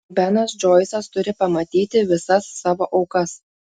benas džoisas turi pamatyti visas savo aukas